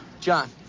John